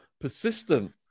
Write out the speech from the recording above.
persistent